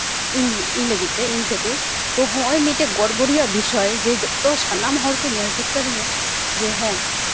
ᱤᱧ ᱤᱧ ᱞᱟᱹᱜᱤᱫ ᱛᱮ ᱤᱧ ᱠᱷᱟᱹᱛᱤᱨ ᱛᱚ ᱱᱚᱜᱼᱚᱸᱭ ᱢᱤᱫᱴᱮᱡ ᱜᱚᱨᱵᱚ ᱨᱮᱭᱟᱜ ᱵᱤᱥᱚᱭ ᱡᱮ ᱡᱚᱛᱚ ᱥᱟᱱᱟᱢ ᱦᱚᱲ ᱠᱚ ᱧᱮᱞ ᱴᱷᱤᱠ ᱠᱟᱫᱤᱧᱟ ᱡᱮ ᱦᱮᱸ